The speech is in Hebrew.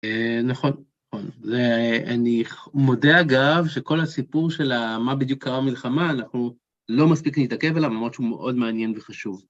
נכון, אני מודה אגב, שכל הסיפור של מה בדיוק קרה מלחמה, אנחנו לא מספיק נתעכב עליו, למרות שהוא מאוד מעניין וחשוב.